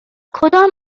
کدام